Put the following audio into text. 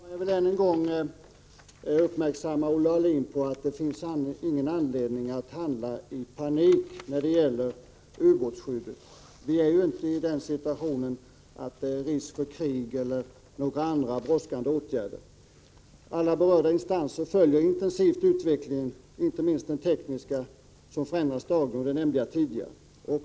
Fru talman! Jag vill än en gång uppmärksamma Olle Aulin på att det inte finns någon anledning att handla i panik när det gäller ubåtsskyddet. Vi är ju inte i den situationen att det är risk för krig eller att åtgärderna på annat sätt är brådskande. Alla berörda instanser följer intensivt utvecklingen, inte minst den tekniska, som förändras dagligen. Detta nämnde jag tidigare.